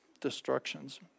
destructions